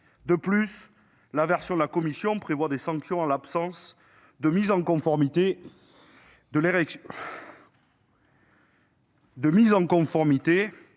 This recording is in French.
De plus, le texte de la commission prévoit des sanctions en l'absence de mise en conformité